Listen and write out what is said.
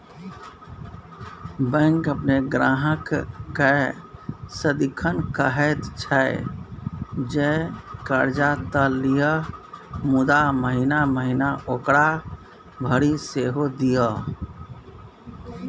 bank अपन ग्राहककेँ सदिखन कहैत छै जे कर्जा त लिअ मुदा महिना महिना ओकरा भरि सेहो दिअ